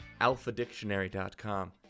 alphadictionary.com